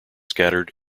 scattered